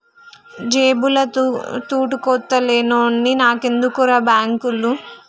జేబుల తూటుకొత్త లేనోన్ని నాకెందుకుర్రా బాంకులు